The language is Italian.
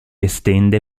estende